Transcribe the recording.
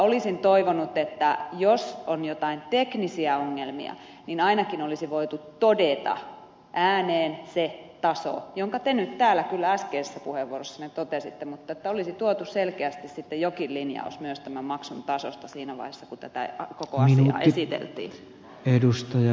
olisin toivonut että jos on jotain teknisiä ongelmia niin ainakin olisi voitu todeta ääneen se taso jonka te nyt täällä kyllä äskeisessä puheenvuorossanne totesitte mutta että olisi tuotu selkeästi sitten jokin linjaus myös tämän maksun tasosta siinä vaiheessa kun tätä koko asiaa esiteltiin